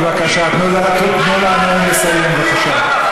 בבקשה, תנו לנואם לסיים, בבקשה.